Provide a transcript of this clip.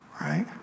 Right